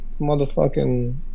motherfucking